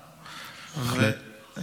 בהחלט.